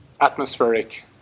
atmospheric